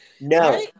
No